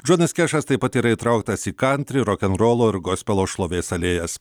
džonas kešas taip pat yra įtrauktas į kantri rokenrolo ir gospelo šlovės alėjas